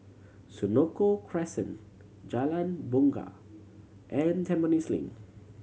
Senoko Crescent Jalan Bungar and Tampines Link